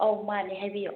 ꯑꯧ ꯃꯥꯟꯅꯦ ꯍꯥꯏꯕꯤꯌꯣ